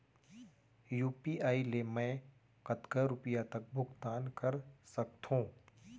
UPI ले मैं कतका रुपिया तक भुगतान कर सकथों